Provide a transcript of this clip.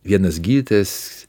vienas gytis